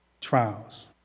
trials